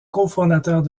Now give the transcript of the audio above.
cofondateurs